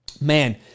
man